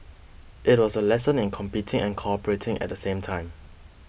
it was a lesson in competing and cooperating at the same time